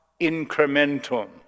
incrementum